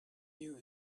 you